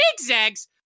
zigzags